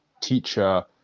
teacher